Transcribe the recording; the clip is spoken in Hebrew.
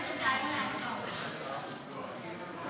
התשע"ו 2015, נתקבל.